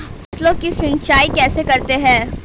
फसलों की सिंचाई कैसे करते हैं?